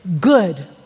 Good